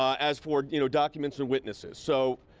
ah as for you know documents and witnesses. so,